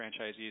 franchisees